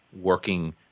working